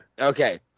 Okay